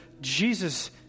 Jesus